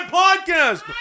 podcast